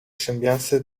sembianze